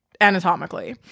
anatomically